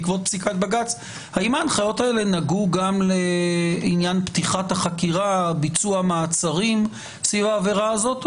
גם לעניין פתיחת החקירה וביצוע המעצרים סביב העבירה הזאת,